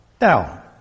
Now